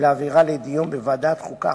ולהעבירה לדיון בוועדת החוקה,